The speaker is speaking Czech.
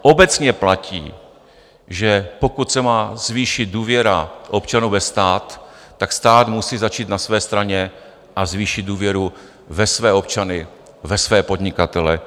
Obecně platí, že pokud se má zvýšit důvěra občanů ve stát, tak stát musí začít na své straně a zvýšit důvěru ve své občany, ve své podnikatele.